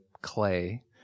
clay